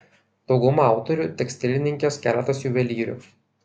dauguma autorių tekstilininkės keletas juvelyrių